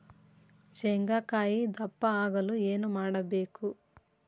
ಶೇಂಗಾಕಾಯಿ ದಪ್ಪ ಆಗಲು ಏನು ಮಾಡಬೇಕು?